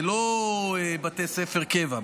אלה לא בתי ספר של קבע,